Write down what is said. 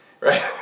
right